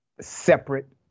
separate